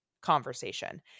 conversation